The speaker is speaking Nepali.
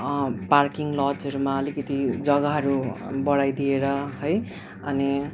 पार्किङ लजहरूमा अलिकति जग्गाहरू बढाइदिएर है अनि